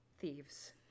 thieves